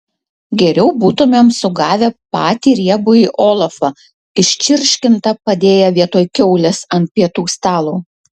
geriau būtumėm sugavę patį riebųjį olafą iščirškintą padėję vietoj kiaulės ant pietų stalo